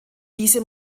diese